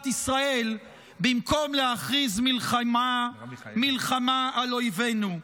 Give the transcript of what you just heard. ישראל במקום להכריז מלחמה על אויבינו.